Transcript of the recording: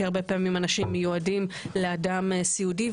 כי הרבה פעמים אנשים מיועדים לאדם סיעודי,